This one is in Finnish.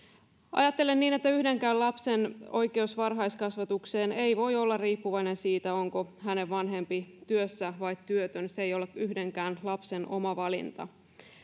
ajattelen niin että yhdenkään lapsen oikeus varhaiskasvatukseen ei voi olla riippuvainen siitä onko hänen vanhempansa työssä vai työtön se ei ole yhdenkään lapsen oma valinta